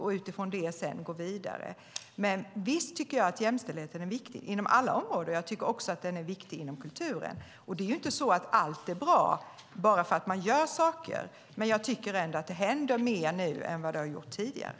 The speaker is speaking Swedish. Utifrån det kan man sedan gå vidare. Visst tycker jag att jämställdheten är viktig, inom alla områden. Jag tycker att den är viktig också inom kulturen. Det är inte så att allt är bra bara för att man gör saker, men jag tycker ändå att det händer mer nu än vad det har gjort tidigare.